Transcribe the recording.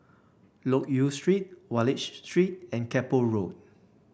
Loke Yew Street Wallich Street and Keppel Road